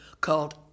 called